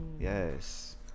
yes